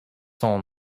son